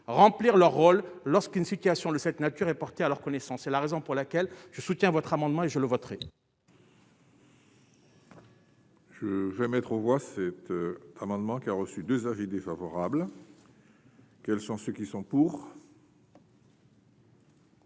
remplir leur rôle lorsqu'une situation de cette nature et portés à leur connaissance et la raison pour laquelle je soutiens votre amendement et je le voterai. Je vais mettre aux voix cet amendement qui a reçu 2 avis défavorables. Quels sont ceux qui sont pour.